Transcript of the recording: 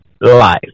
life